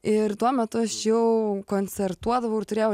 ir tuo metu aš jau koncertuodavau ir turėjau